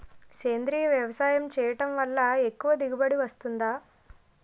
సేంద్రీయ వ్యవసాయం చేయడం వల్ల ఎక్కువ దిగుబడి వస్తుందా?